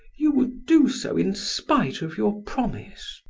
you would do so in spite of your promise.